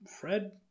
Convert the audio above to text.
Fred